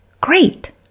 Great